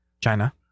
China